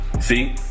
see